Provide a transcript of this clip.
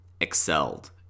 excelled